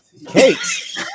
Cakes